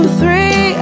three